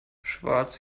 schwarz